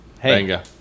hey